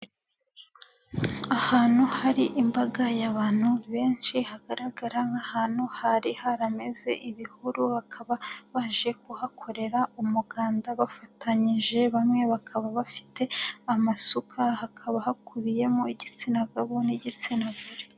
Ahantu hari imbaga y'abantu benshi, hagaragara nk'ahantu hari harameze ibihuru, bakaba baje kuhakorera umuganda bafatanyije, bamwe bakaba bafite amasuka, hakaba hakubiyemo igitsina gabo n'igitsina gore.